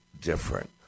different